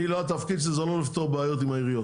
אני לא התפקיד שלי זה לא לפתור בעיות עם העיריות.